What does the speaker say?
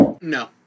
No